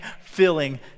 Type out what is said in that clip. filling